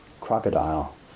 crocodile